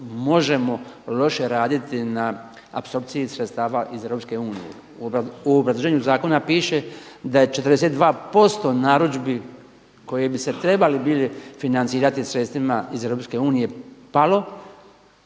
možemo loše raditi na apsorpciji sredstava iz EU. U obrazloženju zakona piše da je 42% narudžbi koje bi se trebali bili financirati sredstvima iz EU palo